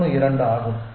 32 ஆகும்